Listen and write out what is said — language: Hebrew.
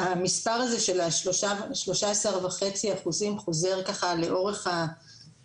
המספר הזה של 13.5% חוזר לאורך